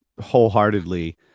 wholeheartedly